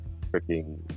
freaking